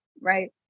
Right